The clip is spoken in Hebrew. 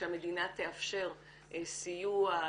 שהמדינה תאפשר סיוע,